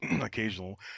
occasional